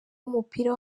w’umupira